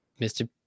Mr